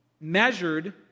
measured